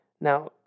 Now